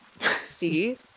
See